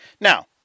now